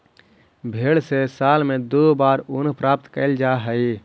भेंड से साल में दो बार ऊन प्राप्त कैल जा हइ